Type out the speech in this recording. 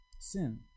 sin